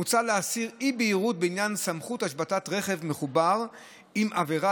מוצע להסיר אי-בהירות בעניין סמכות השבתת רכב מחובר עם עבירה